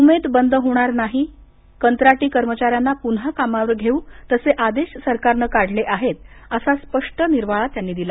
उमेद बंद होणार नाही कंत्राटी कर्मचाऱ्यांना पून्हा कामावर घेऊ तसे आदेश सरकारनं काढले आहेत असा स्पष्ट निर्वाळा त्यांनी दिला